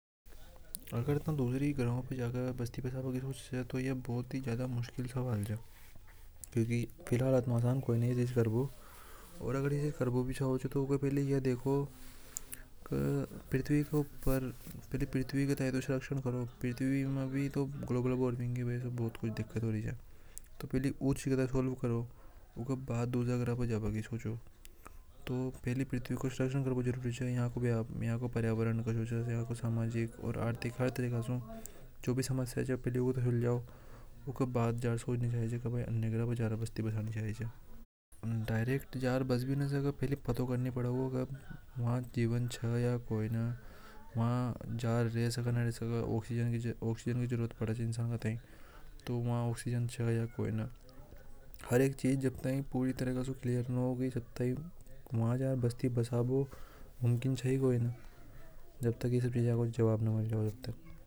आगर था दूसरे ग्रह पर जाकर बस्ती बस बा की सोच रिया हे तो ये बहुत ही ज्यादा मुश्किल सवाल च ये कर बो भी चाव तो पहले ये देखो कि पृथ्वी पर पृथ्वी के ऊपर शासन करो पृथ्वी पर भी तो ग्लोबल वार्मिन बढ़ री छोटों पहली चीज का हल करो। ऊके बाद दूसरी जगह जब की सोचो तो पहले पृथ्वी पर शासन करने जरूरी च ऊके बाद दूसरी जगह की सोचो आर्थिक तरीका से जो भी समस्या हे पहले वो सुलझाइए ऊके बाद सोचनी चाहिए कि दूसरे ग्रह पर बस्ती बसनी चाहिए या नहीं डायरेक्ट जा र बस भी नि सके की वह जीवन च भी या नहीं इंसान रे सके च या नि री सके। तो वो सीजन च या नि हे हर एक चीज जब तक ठीक तरीका सु व कर बस्ती बसाबओ मुमकिन च ही नहीं जब तक जवाब नि मिल जावे।